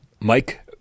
Mike